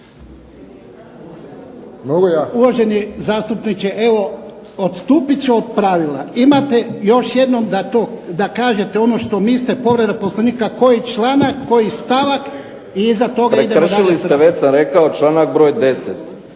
Uvaženi zastupniče, evo odstupit ću od pravila imate još jednom da to, da kažete ono što mislite povreda Poslovnika koji članak, koji stavak i iza toga idemo dalje. **Drmić, Ivan (HDSSB)** Prekršili ste već sam rekao članak broj 10.